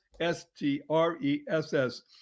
S-T-R-E-S-S